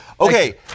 Okay